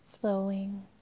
flowing